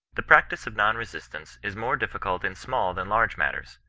the practice of non-resistance is more difficult in small than large matters.